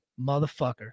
motherfucker